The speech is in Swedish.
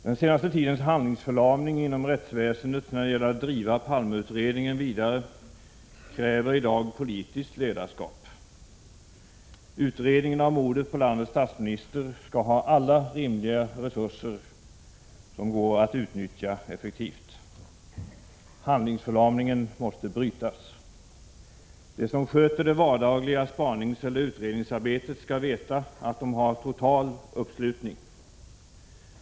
Den senaste tidens handlingsförlamning inom rättsväsendet när det gäller att driva Palme-utredningen vidare kräver politiskt ledarskap. Mordutredningen angående landets statsminister skall ha alla rimliga resurser som går att utnyttja effektivt. Handlingsförlamningen måste brytas. De som sköter det vardagliga spaningseller utredningsarbetet skall veta att de har total uppslutning.